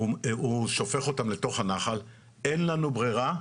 והוא שופך אותם לתוך הנחל, אין לנו ברירה,